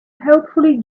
hopefully